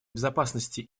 безопасности